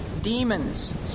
demons